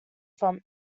from